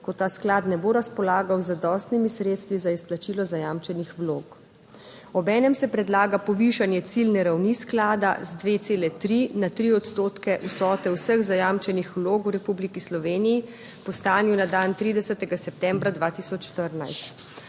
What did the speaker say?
ko ta sklad ne bo razpolagal z zadostnimi sredstvi za izplačilo zajamčenih vlog. Obenem se predlaga povišanje ciljne ravni sklada z 2,3 na 3 odstotke vsote vseh zajamčenih vlog v Republiki Sloveniji po stanju na dan 30. septembra 2014.